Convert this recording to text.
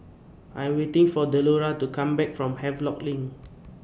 I Am waiting For Delora to Come Back from Havelock LINK